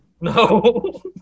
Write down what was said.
No